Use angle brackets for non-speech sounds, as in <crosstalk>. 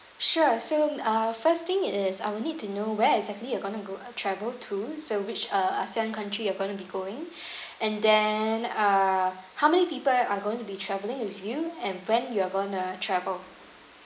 sure so uh first thing is I will need to know where exactly you're going to go travel to so which uh asian country you're going to be going <breath> and then uh how many people are going to be travelling with you and when you're going to travel